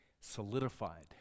solidified